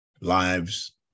lives